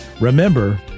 remember